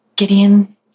Gideon